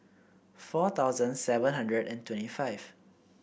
four thousand seven hundred and twenty five